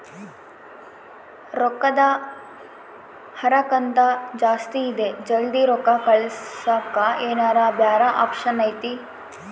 ರೊಕ್ಕದ ಹರಕತ್ತ ಜಾಸ್ತಿ ಇದೆ ಜಲ್ದಿ ರೊಕ್ಕ ಕಳಸಕ್ಕೆ ಏನಾರ ಬ್ಯಾರೆ ಆಪ್ಷನ್ ಐತಿ?